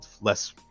less